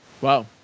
Wow